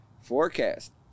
forecast